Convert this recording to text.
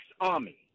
army